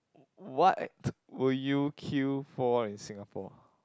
what will you queue for in Singapore